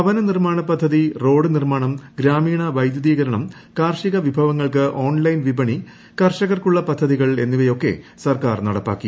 ഭവന നിർമ്മാണ പദ്ധതി റോഡ് നിർമ്മാണം ഗ്രാമീണ് വൈദ്യൂതീകരണം കാർഷിക വിഭവങ്ങൾക്ക് ഓൺലൈൻ വിപണി കർഷകർക്കുള്ള പദ്ധതികൾ എന്നിവയൊക്കെ സർക്കാർ നടപ്പാക്കി